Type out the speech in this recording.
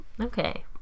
okay